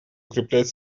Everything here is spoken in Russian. укреплять